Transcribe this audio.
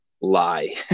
lie